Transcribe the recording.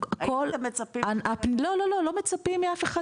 האם אתם מצפים --- לא מצפים מאף אחד,